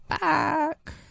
back